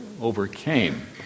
overcame